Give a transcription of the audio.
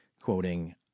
quoting